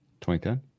2010